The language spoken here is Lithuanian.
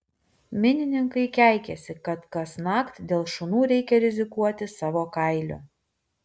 minininkai keikiasi kad kasnakt dėl šunų reikia rizikuoti savo kailiu